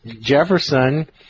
Jefferson